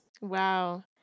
Wow